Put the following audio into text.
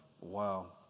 Wow